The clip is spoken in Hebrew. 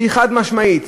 שהיא חד-משמעית,